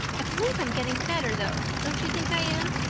i believe i'm getting fatter, though. don't you think i am?